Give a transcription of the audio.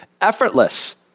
effortless